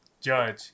Judge